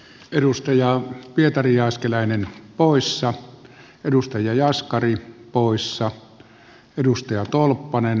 perustaja pietari jääskeläinen poissa edustaja jaskari poissa edustaja tolppanen